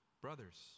Brothers